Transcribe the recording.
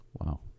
Wow